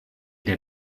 der